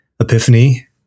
epiphany